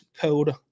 code